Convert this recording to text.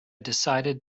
decided